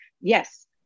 yes